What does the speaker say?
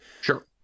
Sure